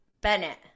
Bennett